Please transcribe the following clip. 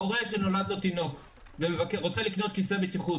הורה שנולד לו תינוק ורוצה לקנות כיסא בטיחות,